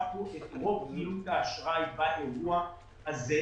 כאן את רוב פעילות האשראי באירוע הזה,